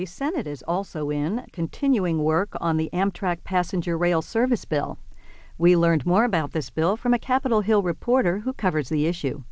the senate is also in continuing work on the amtrak passenger rail service bill we learned more about this bill from a capitol hill reporter who covers the issue